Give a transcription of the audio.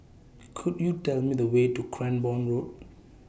Could YOU Tell Me The Way to Cranborne Road